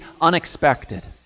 unexpected